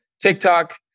TikTok